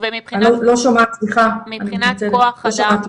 ומבחינת כוח אדם?